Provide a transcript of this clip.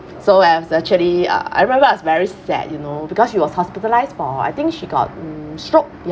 so I was actually uh I remember I was very sad you know because she was hospitalised for I think she got mm stroke ya